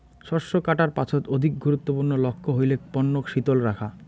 শস্য কাটার পাছত অধিক গুরুত্বপূর্ণ লক্ষ্য হইলেক পণ্যক শীতল রাখা